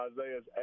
Isaiah's